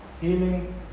healing